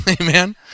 Amen